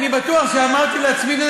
אני בטוח שאמרתי לעצמי,